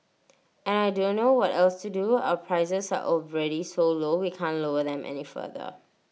and I don't know what else to do our prices are already so low we can't lower them any further